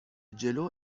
جلو